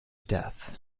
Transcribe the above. death